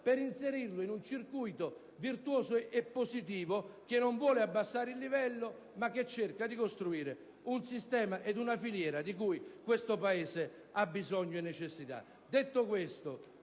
della scuola, un circuito quindi che non vuole abbassare il livello ma che cerca di costruire un sistema ed una filiera di cui questo Paese ha bisogno e necessità.